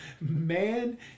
man